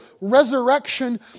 resurrection